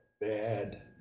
Bad